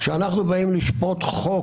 כשאנחנו באים לשפוט חוק,